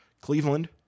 Cleveland